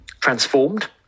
transformed